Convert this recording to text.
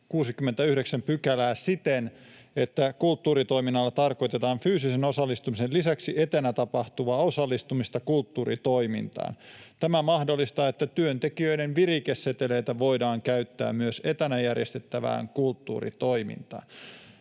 69 §:ää siten, että kulttuuritoiminnalla tarkoitetaan fyysisen osallistumisen lisäksi etänä tapahtuvaa osallistumista kulttuuritoimintaan. Tämä mahdollistaa sen, että työntekijöiden virikeseteleitä voidaan käyttää myös etänä järjestettävään kulttuuritoimintaan.